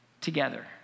together